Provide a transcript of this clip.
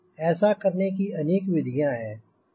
ऐसा करने की अनेक विधियांँ हैं